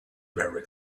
very